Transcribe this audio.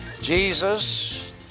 Jesus